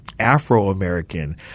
afro-american